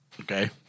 Okay